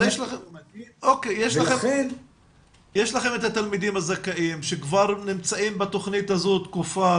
יש לכם את התלמידים הזכאים שכבר נמצאים בתכנית הזאת תקופה,